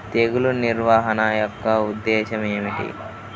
తెగులు నిర్వహణ యొక్క ఉద్దేశం ఏమిటి?